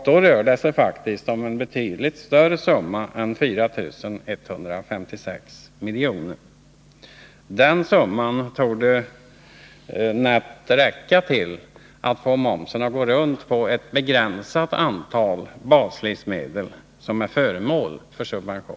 Då rör det sig faktiskt om en betydligt större summa än 4 156 miljoner. Summan 4 156 miljoner torde nätt och jämnt motsvara momsen på ett begränsat antal baslivsmedel som är föremål för subvention.